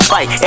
Fight